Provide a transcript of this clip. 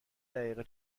دقیقه